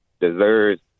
deserves